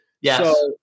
Yes